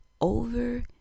over